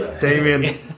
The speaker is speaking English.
Damien